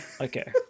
Okay